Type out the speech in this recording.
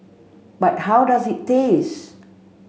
but how does it taste